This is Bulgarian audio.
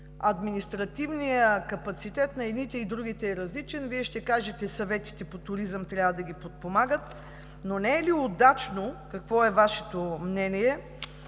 Административният капацитет на едните и другите е различен. Вие ще кажете: „Съветите по туризъм трябва да ги подпомагат!“ Но не е ли удачно, какво е Вашето мнение,